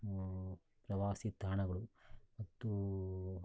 ಪ್ರವಾಸಿ ತಾಣಗಳು ಮತ್ತು